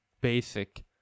basic